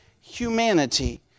humanity